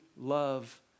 love